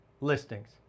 listings